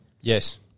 Yes